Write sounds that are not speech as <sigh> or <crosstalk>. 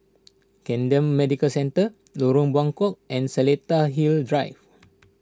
<noise> Camden Medical Centre Lorong Buangkok and Seletar Hills Drive